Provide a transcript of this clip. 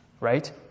Right